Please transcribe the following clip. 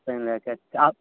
ताहि लैकऽ आबऽ